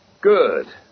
Good